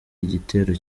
igitero